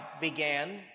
began